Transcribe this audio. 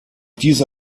diese